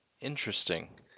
interesting